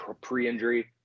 pre-injury